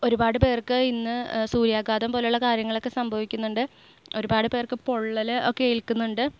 ഒരുപാട് പേർക്ക് ഇന്ന് സൂര്യാഘാതം പോലെയുള്ള കാര്യങ്ങളൊക്കെ സംഭവിക്കുന്നുണ്ട് ഒരുപാട് പേർക്ക് പൊള്ളൽ ഒക്കെ ഏൽക്കുന്നുണ്ട്